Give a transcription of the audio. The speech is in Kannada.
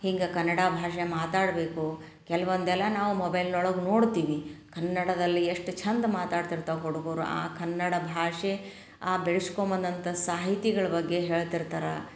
ಹಿಂಗೆ ಕನ್ನಡ ಭಾಷೆ ಮಾತಾಡಬೇಕು ಕೆಲ್ವೊಂದೆಲ್ಲ ನಾವು ಮೊಬೈಲ್ ಒಳಗೆ ನೋಡ್ತೀವಿ ಕನ್ನಡದಲ್ಲಿ ಎಷ್ಟು ಛಂದ ಮಾತಾಡ್ತಿರ್ತಾವೆ ಹುಡುಗರು ಆ ಕನ್ನಡ ಭಾಷೆ ಆ ಬೆಳ್ಸ್ಕೊಂಬಂದಂಥ ಸಾಹಿತಿಗಳ ಬಗ್ಗೆ ಹೇಳ್ತಿರ್ತಾರೆ